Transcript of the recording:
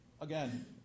again